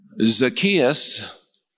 Zacchaeus